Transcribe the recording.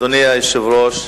אדוני היושב-ראש,